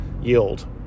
Yield